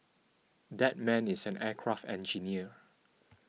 that man is an aircraft engineer